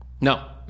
no